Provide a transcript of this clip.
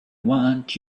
want